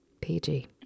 pg